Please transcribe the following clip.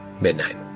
Midnight